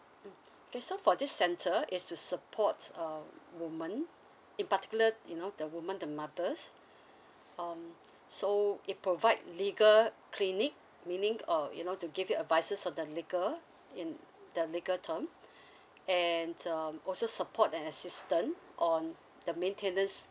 mm okay so for this center is to supports err woman in particular you know the woman the mothers um so it provide legal clinic meaning uh you know to give you advices on the legal in the legal term and um also support and assistant on the maintenance